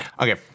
okay